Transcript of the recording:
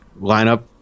lineup